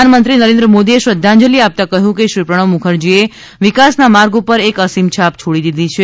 પ્રધાનમંત્રી નરેન્દ્ર મોદીએ શ્રદ્ધાંજલિ આપતાં કહ્યું કે શ્રી પ્રણવ મુખર્જીએ વિકાસના માર્ગ ઉપર એક અસીમ છાપ છોડી દીધી છે